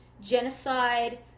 genocide